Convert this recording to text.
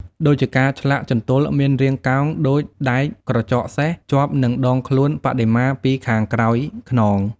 ដូចជាការឆ្លាក់ជន្ទល់មានរាងកោងដូចដែកក្រចកសេះជាប់នឹងដងខ្លួនបដិមាពីខាងក្រោយខ្នង។